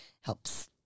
helps